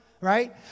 right